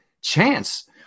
chance